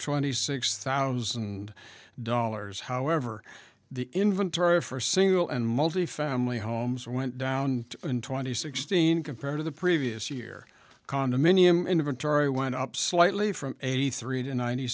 twenty six thousand dollars however the inventory for single and multifamily homes went down in two thousand and sixteen compared to the previous year condominium inventory went up slightly from eighty three to ninety